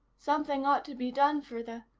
something ought to be done for the.